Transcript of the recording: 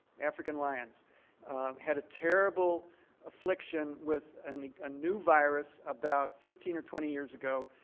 african lions had a terrible affliction with a new a new virus about fifteen or twenty years ago.